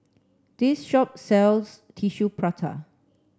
this shop sells Tissue Prata